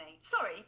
Sorry